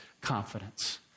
confidence